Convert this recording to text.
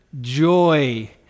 joy